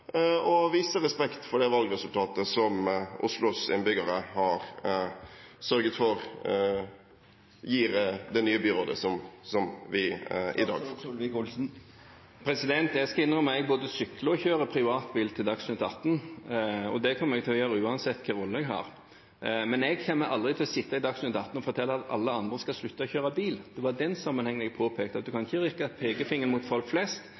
og vise respekt for det valgresultatet som Oslos innbyggere har sørget for, og som har gitt det nye byrådet vi har i dag? Jeg skal innrømme at jeg både sykler og kjører privatbil til Dagsnytt 18, og det kommer jeg til å gjøre uansett hvilken rolle jeg har. Men jeg kommer aldri til å sitte i Dagsnytt 18 og fortelle at alle andre skal slutte å kjøre bil. Det var i den sammenhengen jeg påpekte at en ikke kan rette pekefingeren mot folk flest